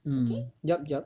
mm yup yup